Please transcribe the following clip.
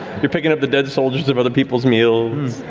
you're picking up the dead soldiers of other people's meals.